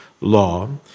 law